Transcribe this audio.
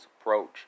approach